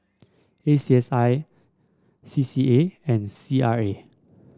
A C S I C C A and C R A